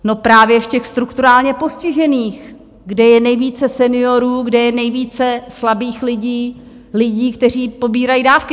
No právě v těch strukturálně postižených, kde je nejvíce seniorů, kde je nejvíce slabých lidí, lidí, kteří pobírají dávky!